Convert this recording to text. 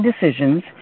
decisions